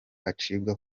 acibwa